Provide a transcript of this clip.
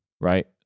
right